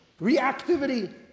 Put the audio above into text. reactivity